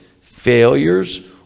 failures